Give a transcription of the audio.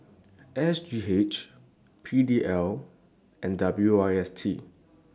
S G H P D L and W I T S